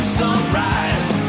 sunrise